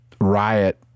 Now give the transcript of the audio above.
riot